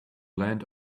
land